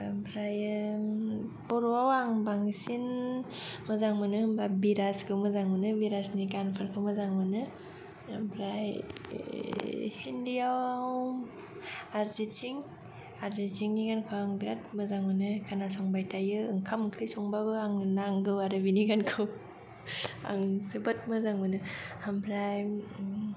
आमफ्रायो बर'वाव आं बांसिन मोजां मोनो होनोबा बिराजखौ मोजां मोनो बिराजनि गानफोरखौ मोजां मोनो आमफ्राय हिन्दीयाव आरिजित सिंह आरिजितनि गानखौ आं बिराद मोजां मोनो खोनासंबाय थायो ओंखाम ओंख्रि संबाबो आंनो नांगौ आरो बिनि गानखौ आं जोबोद मोजां मोनो आमफ्राय